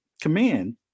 command